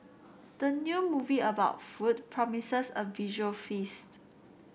the new movie about food promises a visual feast